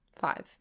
Five